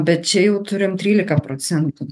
bet čia jau turim trylika procentų